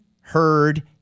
heard